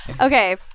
Okay